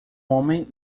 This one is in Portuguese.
homem